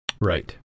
right